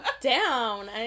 down